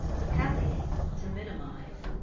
to palliate, to minimize.